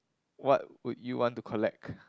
what would you want to collect